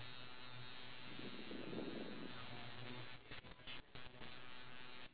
there's money changer there then we can take bus to go home but then